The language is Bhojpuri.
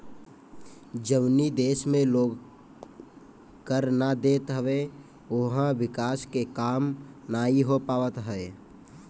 जवनी देस में लोग कर ना देत हवे उहवा विकास के काम नाइ हो पावत हअ